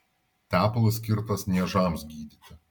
tepalas skirtas niežams gydyti